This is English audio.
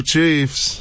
Chiefs